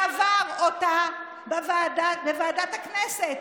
קבר אותה בוועדת הכנסת.